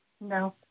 No